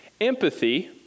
empathy